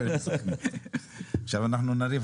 אנחנו מדברים